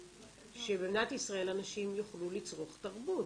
שבמדינת ישראל אנשים יוכלו לצרוך תרבות.